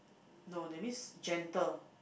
no that means gentle